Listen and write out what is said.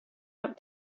out